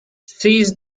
seize